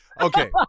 Okay